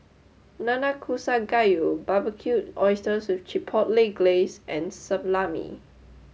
Nanakusa Gayu Barbecued Oysters with Chipotle Glaze and Salami